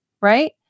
right